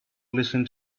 listen